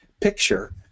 picture